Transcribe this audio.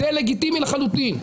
זה לגיטימי לחלוטין.